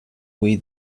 way